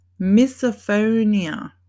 Misophonia